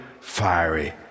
fiery